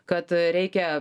kad reikia